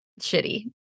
shitty